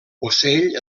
ocell